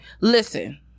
listen